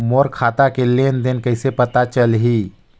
मोर खाता के लेन देन कइसे पता चलही?